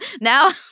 now